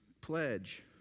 pledge